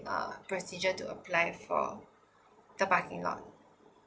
uh procedure to apply for the parking lot